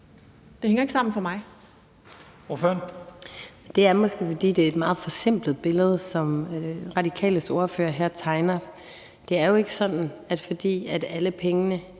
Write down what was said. Lea Wermelin (S): Det er måske, fordi det er et meget forsimplet billede, som Radikales ordfører her tegner. Det er jo ikke sådan, at fordi alle pengene